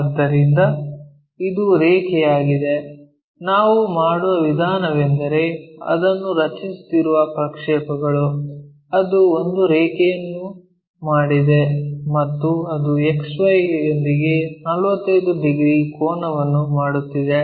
ಆದ್ದರಿಂದ ಇದು ರೇಖೆಯಾಗಿದೆ ನಾವು ಮಾಡುವ ವಿಧಾನವೆಂದರೆ ಅದನ್ನು ರಚಿಸುತ್ತಿರುವ ಪ್ರಕ್ಷೇಪಗಳು ಅದು ಒಂದು ರೇಖೆಯನ್ನು ಮಾಡಿದೆ ಮತ್ತು ಅದು XY ಯೊಂದಿಗೆ 45 ಡಿಗ್ರಿ ಕೋನವನ್ನು ಮಾಡುತ್ತಿದೆ